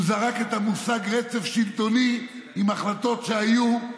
הוא זרק את המושג "רצף שלטוני" עם החלטות שהיו.